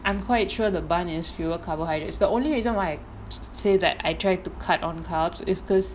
I am quite sure the bun has fewer carbohydrates the only reason why I say that I tried to cut on carbohydrates is becasue